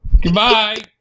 Goodbye